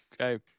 Okay